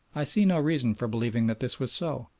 i see no reason for believing that this was so.